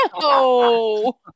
No